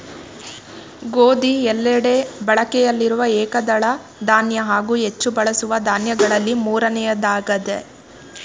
ಗೋಧಿ ಎಲ್ಲೆಡೆ ಬಳಕೆಯಲ್ಲಿರುವ ಏಕದಳ ಧಾನ್ಯ ಹಾಗೂ ಹೆಚ್ಚು ಬಳಸುವ ದಾನ್ಯಗಳಲ್ಲಿ ಮೂರನೆಯದ್ದಾಗಯ್ತೆ